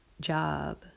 job